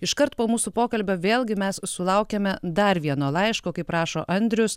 iškart po mūsų pokalbio vėlgi mes sulaukiame dar vieno laiško kaip rašo andrius